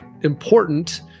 important